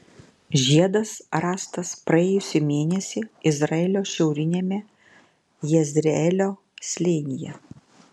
žiedas rastas praėjusį mėnesį izraelio šiauriniame jezreelio slėnyje